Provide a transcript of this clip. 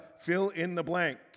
fill-in-the-blank